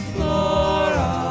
Flora